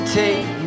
take